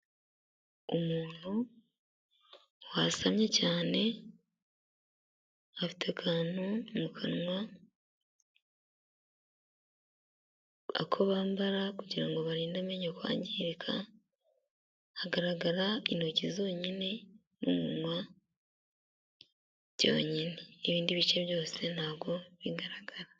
Umuntu wasamye cyane afite akantu mu kanwa, ako bambara kugira ngo barinde amenyo kwangirika, hagaragara intoki zonyine n'umunwa byonyine, ibindi bice byose ntago bigaragara.